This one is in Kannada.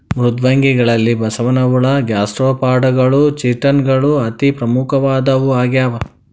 ಮೃದ್ವಂಗಿಗಳಲ್ಲಿ ಬಸವನಹುಳ ಗ್ಯಾಸ್ಟ್ರೋಪಾಡಗಳು ಚಿಟಾನ್ ಗಳು ಅತಿ ಪ್ರಮುಖವಾದವು ಆಗ್ಯಾವ